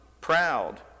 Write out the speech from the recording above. proud